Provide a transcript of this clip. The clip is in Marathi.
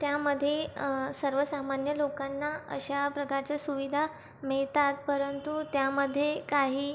त्यामध्ये सर्वसामान्य लोकांना अशा प्रकारच्या सुविधा मिळतात परंतु त्यामध्ये काही